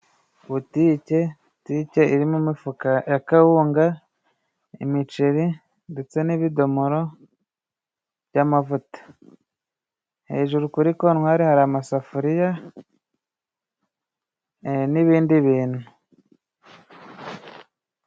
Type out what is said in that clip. Butike, butike irimo imifuka ya kawunga, imiceri, ndetse n'ibidomoro by'amavuta. Hejuru kuri kontwari hari amasafuriya n'ibindi bintu.